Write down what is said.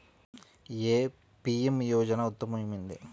ఏ PM Yojana ఉత్తమమైనది?